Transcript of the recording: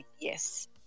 yes